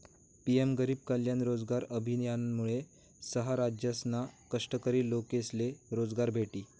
PM गरीब कल्याण रोजगार अभियानमुये सहा राज्यसना कष्टकरी लोकेसले रोजगार भेटी